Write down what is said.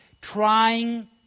trying